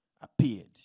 appeared